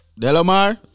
delamar